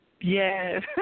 yes